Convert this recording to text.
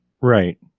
Right